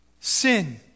sin